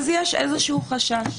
אז יש איזשהו חשש.